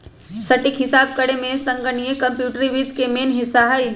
सटीक हिसाब करेमे संगणकीय कंप्यूटरी वित्त के मेन हिस्सा हइ